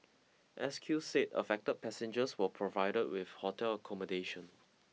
S Q said affected passengers were provided with hotel accommodation